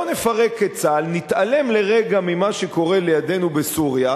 בוא ונפרק את צה"ל ונתעלם לרגע ממה שקורה לידנו בסוריה,